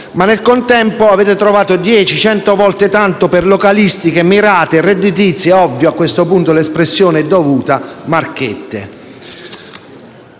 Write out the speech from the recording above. Ma nel contempo avete trovato 10, 100 volte tanto per localistiche, mirate e redditizie (l'espressione è dovuta) "marchette".